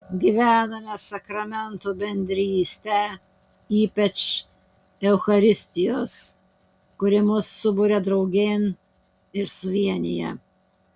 gyvename sakramentų bendrystę ypač eucharistijos kuri mus suburia draugėn ir suvienija